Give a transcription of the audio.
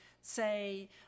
say